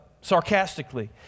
sarcastically